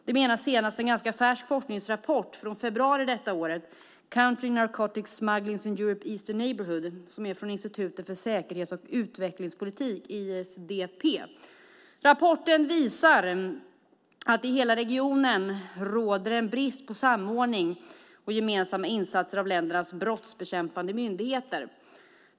Det menar senast en ganska färsk forskningsrapport, från februari detta år, Countering Narcotics Smuggling in Europe's Eastern Neighborhood, från Institutet för säkerhets och utvecklingspolitik, ISDP. Rapporten visar att det i hela regionen råder en brist på samordning och gemensamma insatser av ländernas brottsbekämpande myndigheter.